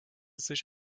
sich